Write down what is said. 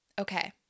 Okay